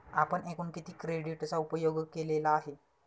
आपण एकूण किती क्रेडिटचा उपयोग केलेला आहे?